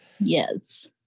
Yes